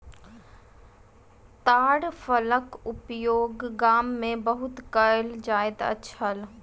ताड़ फलक उपयोग गाम में बहुत कयल जाइत छल